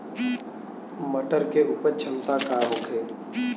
मटर के उपज क्षमता का होखे?